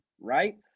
right